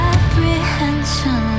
Apprehension